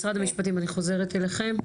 משרד המשפטים, אני חוזרת אליכם.